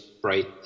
bright